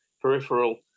peripheral